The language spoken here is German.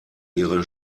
ihre